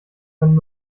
können